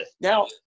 Now